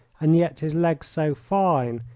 and yet his legs so fine,